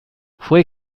fue